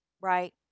right